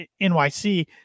NYC